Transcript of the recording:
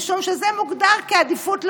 משום שזה מוגדר כעדיפות לאומית.